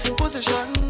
position